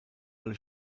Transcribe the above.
alle